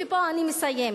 ופה אני מסיימת,